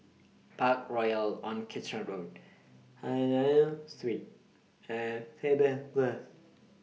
Parkroyal on Kitchener Road Street and Faber Grove